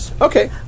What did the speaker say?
Okay